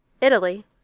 Italy